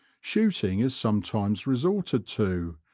shooting is sometimes resorted to,